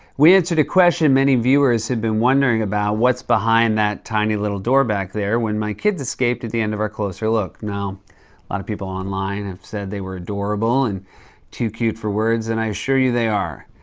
we answered a question many viewers had been wondering about what's behind that tiny, little door back there when my kids escaped at the end of closer look. now, a lot of people online have said they were adorable and too cute for words, and i assure you, they are.